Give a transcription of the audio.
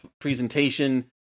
presentation